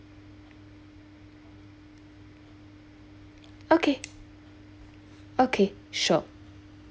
okay okay sure